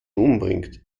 umbringt